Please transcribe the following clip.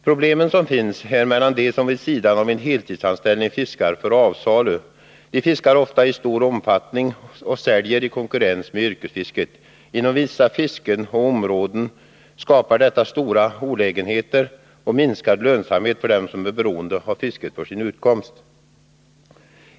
Problemen som finns gäller dem som vid sidan av en heltidsanställning fiskar för avsalu. De fiskar ofta i stor omfattning och säljer i konkurrens med yrkesfisket. Inom vissa fisken och områden skapar detta stora olägenheter och minskad lönsamhet för dem som är beroende av fisket för sin utkomst.